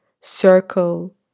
circle